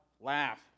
laugh